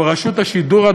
אבל רשות השידור,